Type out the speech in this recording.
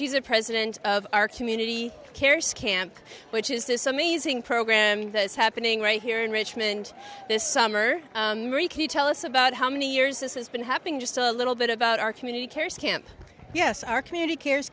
she's a president of our community cares camp which is this amazing program that's happening right here in richmond this summer very key tell us about how many years this has been happening just a little bit about our community cares camp yes our community cares